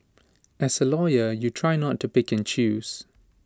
as A lawyer you try not to pick and choose